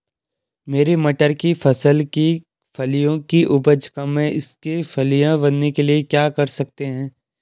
मेरी मटर की फसल की फलियों की उपज कम है इसके फलियां बनने के लिए क्या कर सकते हैं?